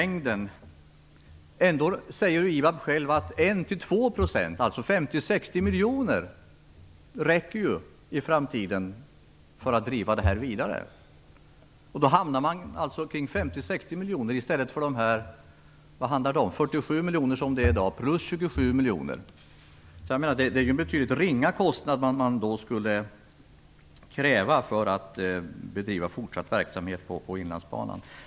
Ändå säger IBAB att 1-2 % av pengarna, dvs. 50-60 miljoner, räcker i framtiden för att driva detta vidare. Då hamnar man på dessa 50-60 miljoner i stället för de 47 miljoner som det är i dag plus 27 miljoner. Det är en ganska ringa kostnad man skulle kräva för att bedriva fortsatt verksamhet på Inlandsbanan.